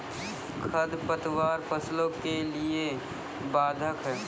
खडपतवार फसलों के लिए बाधक हैं?